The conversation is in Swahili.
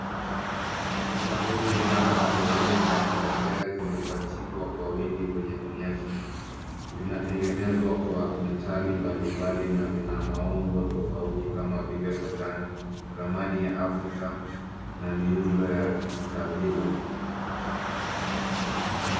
Uchaguzi mpana wa herini za kipekee zimepachikwa kwa wingi kwenye onyesho. Zinatengenezwa kwa metali mbalimbali na zina maumbo tofauti kama vile majani, ramani ya Afrika na miundo ya kikabila.